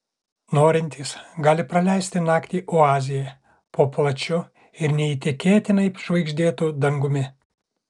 norintys gali praleisti naktį oazėje po plačiu ir neįtikėtinai žvaigždėtu dangumi